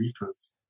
defense